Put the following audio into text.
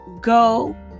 go